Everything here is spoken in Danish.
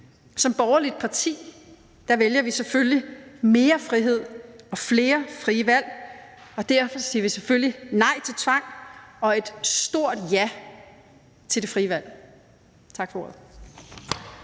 Som borgerligt parti vælger vi selvfølgelig mere frihed og flere frie valg, og derfor siger vi selvfølgelig nej til tvang og et stort ja til det frie valg. Tak for ordet.